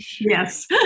Yes